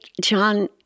John